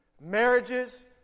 Marriages